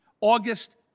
August